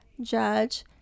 judge